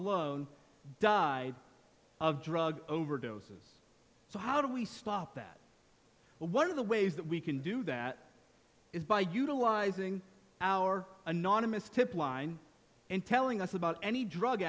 alone died of drug overdoses so how do we stop that but one of the ways that we can do that is by utilizing our anonymous tip line and telling us about any drug